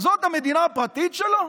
זאת המדינה הפרטית שלו?